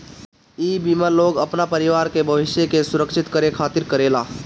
इ बीमा लोग अपना परिवार के भविष्य के सुरक्षित करे खातिर करेला